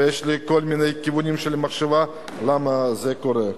ויש לי כל מיני כיוונים של מחשבה למה זה קורה.